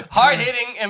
hard-hitting